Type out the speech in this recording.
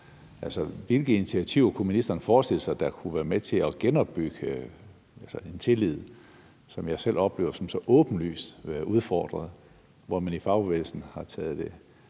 Hvilke initiativer kunne ministeren forestille sig kunne være med til at genopbygge den tillid, som jeg selv oplever som så åbenlyst udfordret, hvor man i fagbevægelsen har taget det